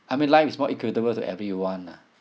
I mean life is more equitable to everyone ah